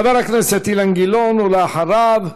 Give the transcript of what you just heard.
חבר הכנסת אילן גילאון, ואחריו,